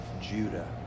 Judah